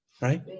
right